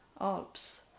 Alps